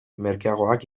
merkeagoak